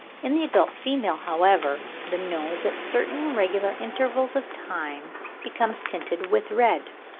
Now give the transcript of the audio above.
in the adult female, however, the nose at certain regular intervals of time becomes tinted with red.